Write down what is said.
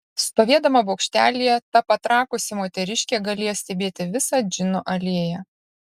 stovėdama bokštelyje ta patrakusi moteriškė galėjo stebėti visą džino alėją